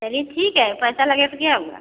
चलिए ठीक है पैसा लगे तो क्या हुआ